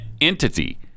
entity